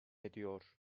ediyor